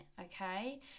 okay